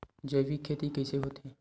जैविक खेती कइसे होथे?